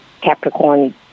Capricorn